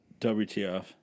WTF